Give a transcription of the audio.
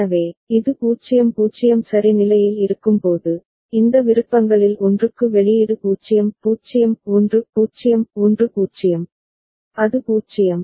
எனவே இது 0 0 சரி நிலையில் இருக்கும்போது இந்த விருப்பங்களில் ஒன்றுக்கு வெளியீடு 0 0 1 0 1 0 அது 0